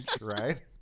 right